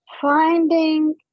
finding